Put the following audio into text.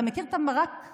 אתה מכיר את המרק-כפתור?